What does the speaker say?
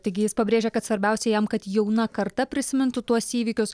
taigi jis pabrėžia kad svarbiausia jam kad jauna karta prisimintų tuos įvykius